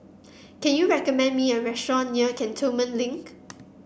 can you recommend me a restaurant near Cantonment Link